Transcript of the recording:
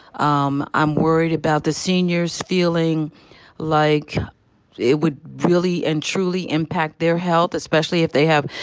um i'm worried about the seniors feeling like it would really and truly impact their health, especially if they have,